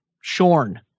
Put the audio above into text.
Shorn